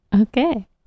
Okay